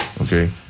Okay